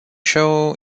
show